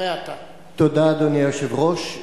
אדוני היושב-ראש,